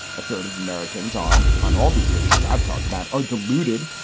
a third of americans are on. all these issues i've talked about are deluded.